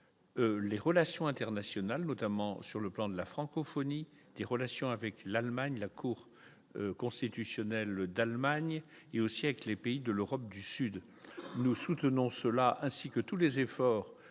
Les relations internationales, notamment sur le plan de la francophonie, des relations avec l'Allemagne, la cour constitutionnelle d'Allemagne et aussi avec les pays de l'Europe du Sud, nous soutenons cela ainsi que tous les efforts